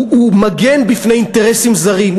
הוא מגן מפני אינטרסים זרים,